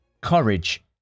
courage